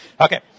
Okay